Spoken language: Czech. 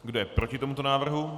Kdo je proti tomuto návrhu?